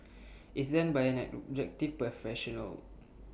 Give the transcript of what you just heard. is done by an objective professional